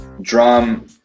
Drum